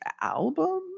album